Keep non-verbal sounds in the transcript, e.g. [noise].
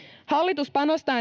hallitus panostaa [unintelligible]